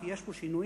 כי יש פה שינויים,